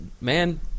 man